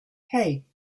hej